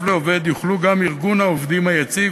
על עובד יוכל גם ארגון העובדים היציג,